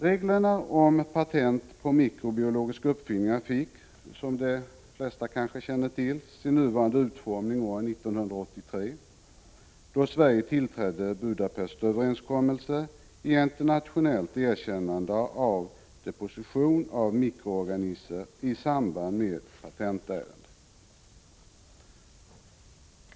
Reglerna om patent på mikrobiologiska uppfinningar fick, som de flesta kanske känner till, sin nuvarande utformning år 1983, då Sverige tillträdde Budapestöverenskommelsen om internationellt erkännande av deposition av mikroorganismer i samband med patentärende.